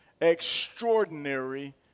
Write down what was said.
extraordinary